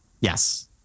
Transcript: Yes